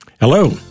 Hello